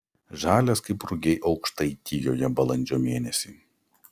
žalias kaip rugiai aukštaitijoje balandžio mėnesį